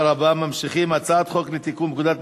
(תיקון מס'